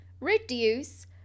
reduce